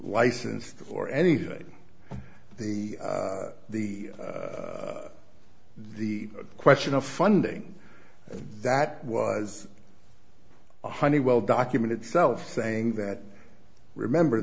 licensed or anything the the the question of funding that was a honeywell document itself saying that remember